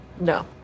No